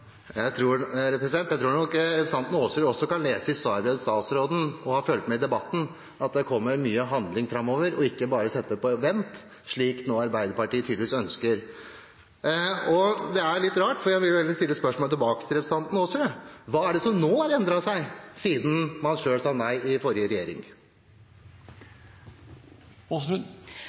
Jeg tror nok representanten Aasrud også kan lese av svarbrevet til statsråden, og har fått med seg i debatten, at det kommer mye handling framover, og at man ikke bare setter dette på vent, slik nå Arbeiderpartiet tydeligvis ønsker. Det er litt rart, for jeg vil heller stille spørsmålet tilbake til representanten Aasrud: Hva er det som nå har endret seg, siden man selv sa nei i forrige regjering?